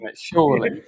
Surely